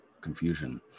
confusion